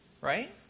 Right